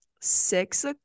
six